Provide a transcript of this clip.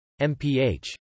MPH